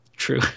true